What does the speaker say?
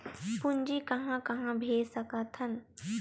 पूंजी कहां कहा भेज सकथन?